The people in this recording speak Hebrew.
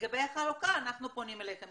לגבי החלוקה אנחנו פונים אליכם,